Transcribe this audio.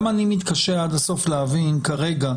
גם אני מתקשה עד הסוף להבין כרגע,